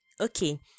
okay